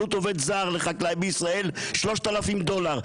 עלות עובד זר לחקלאי בישראל 3,000 דולר.